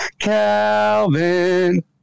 Calvin